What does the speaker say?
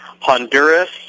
Honduras